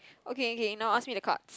okay okay now ask me the cards